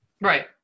Right